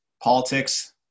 politics